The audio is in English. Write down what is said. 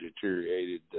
deteriorated